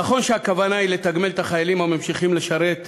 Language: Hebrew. נכון שהכוונה היא לתגמל את החיילים הממשיכים לשרת שירות,